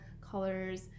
colors